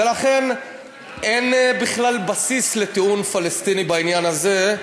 ולכן אין בכלל בסיס לטיעון פלסטיני בעניין הזה,